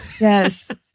Yes